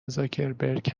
زاکبرک